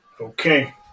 Okay